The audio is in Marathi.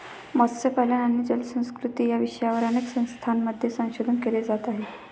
मत्स्यपालन आणि जलसंस्कृती या विषयावर अनेक संस्थांमध्ये संशोधन केले जात आहे